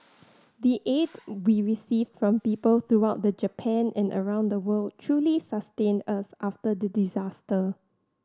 the aid we received from people throughout the Japan and around the world truly sustained us after the disaster